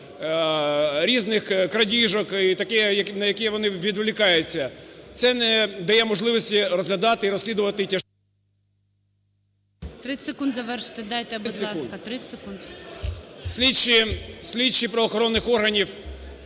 різних крадіжок і таке, на яке вони відволікаються, це не дає можливості розглядати і розслідувати тяжкі…